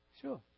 sure